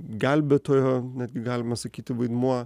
gelbėtojo netgi galima sakyti vaidmuo